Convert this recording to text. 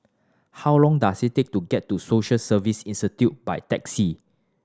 how long does it take to get to Social Service Institute by taxi